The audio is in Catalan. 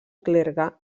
clergue